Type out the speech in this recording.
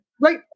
Right